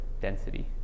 density